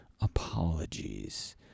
Apologies